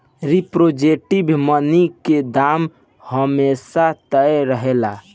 representative money के दाम हमेशा तय रहेला